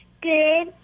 Good